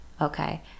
okay